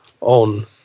on